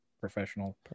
professional